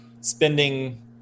spending